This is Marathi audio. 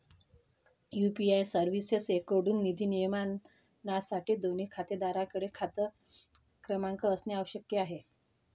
यू.पी.आय सर्व्हिसेसएकडून निधी नियमनासाठी, दोन्ही खातेधारकांकडे खाता क्रमांक असणे आवश्यक आहे